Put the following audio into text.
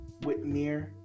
Whitmere